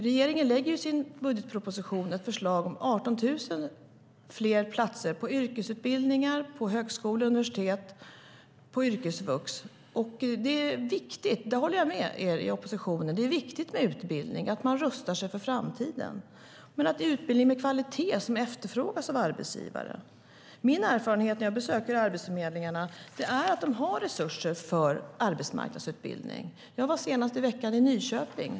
Regeringen lägger i sin budgetproposition fram ett förslag om 18 000 fler platser på yrkesutbildningar, högskolor, universitet och yrkesvux. Jag håller med er i oppositionen om att det är viktigt med utbildning och att man rustar sig för framtiden, men det ska vara utbildning med kvalitet, som efterfrågas av arbetsgivaren. Min erfarenhet från besök på arbetsförmedlingar är att man har resurser för arbetsmarknadsutbildning. Jag var senast i veckan i Nyköping.